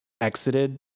exited